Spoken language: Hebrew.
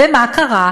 ומה קרה?